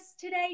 today